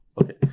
okay